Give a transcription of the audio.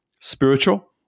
spiritual